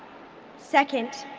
second,